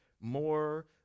more